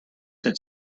could